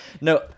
No